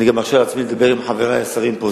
אני גם מרשה לעצמי לדבר עם חברי השרים פה.